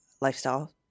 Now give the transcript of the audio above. lifestyle